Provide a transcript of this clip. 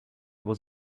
was